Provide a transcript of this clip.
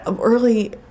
early